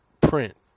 print